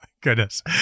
goodness